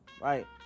right